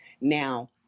now